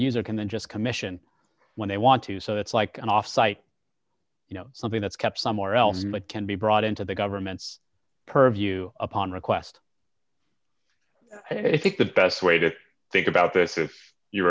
can then just commission when they want to so it's like an off site you know something that's kept somewhere else can be brought into the government's purview upon request i think the best way to think about this is you